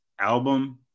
album